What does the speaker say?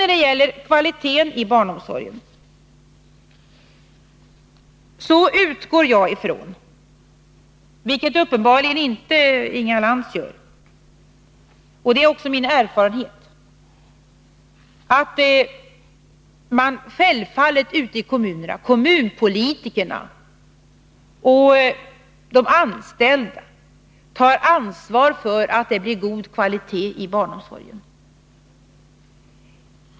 Vad beträffar kvaliteten i barnomsorgen utgår jag ifrån — vilket uppenbarligen inte Inga Lantz gör — att kommunpolitikerna och de anställda ute i kommunerna självfallet tar ansvar för att det blir en god kvalitet i barnomsorgen.